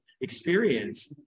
experience